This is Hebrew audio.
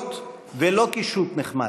הכרחיות ולא קישוט נחמד.